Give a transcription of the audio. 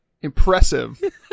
Impressive